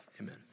amen